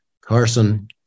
Carson